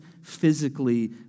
physically